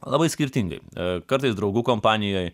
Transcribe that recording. labai skirtingai kartais draugų kompanijoj